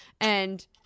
and-